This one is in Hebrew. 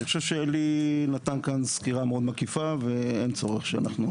אני חושב שאלי נתן כאן סקירה מאוד מקיפה ואין צורך שאנחנו